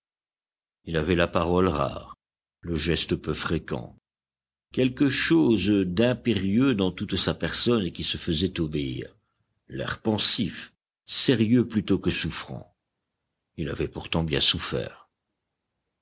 il avait la parole rare le geste peu fréquent quelque chose d'impérieux dans toute sa personne et qui se faisait obéir l'air pensif sérieux plutôt que souffrant il avait pourtant bien souffert